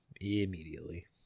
immediately